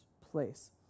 place